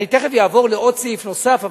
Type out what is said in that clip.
תיכף אעבור לסעיף נוסף,